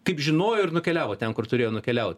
kaip žinojo ir nukeliavo ten kur turėjo nukeliaut